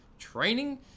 training